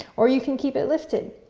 or you can keep it lifted.